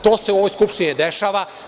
To se u ovoj Skupštini ne dešava.